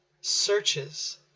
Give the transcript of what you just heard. searches